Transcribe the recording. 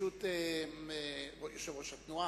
יושב-ראש התנועה,